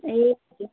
ए हजुर